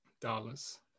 Dollars